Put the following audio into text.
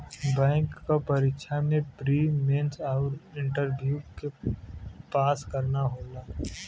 bank क परीक्षा में प्री, मेन आउर इंटरव्यू के पास करना होला